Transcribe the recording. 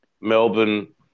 Melbourne